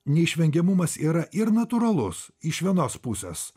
neišvengiamumas yra ir natūralus iš vienos pusės